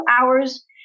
hours